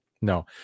No